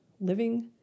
living